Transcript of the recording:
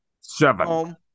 Seven